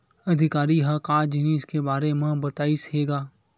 अधिकारी ह का जिनिस के बार म बतईस हे गा?